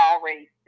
already